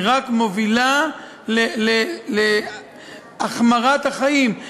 היא רק מובילה להחמרת תנאי החיים.